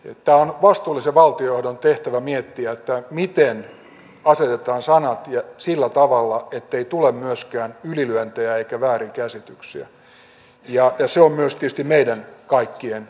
on vastuullisen valtiojohdon tehtävä miettiä miten asetetaan sanat sillä tavalla ettei tule ylilyöntejä tai väärinkäsityksiä ja se on myös tietysti meidän kaikkien tehtävä